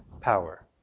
power